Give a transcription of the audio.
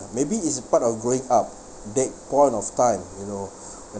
maybe it's a part of growing up that point of time you know